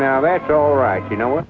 now that's all right you know